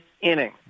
inning